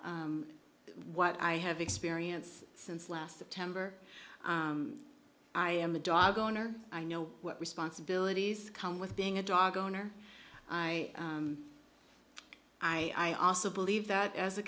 what i have experience since last september i am a dog owner i know what responsibilities come with being a dog owner i i also believe that as a